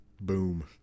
Boom